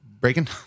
breaking